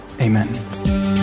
Amen